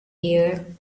gear